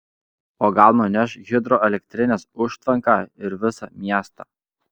o gal nuneš hidroelektrinės užtvanką ir visą miestą